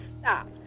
Stop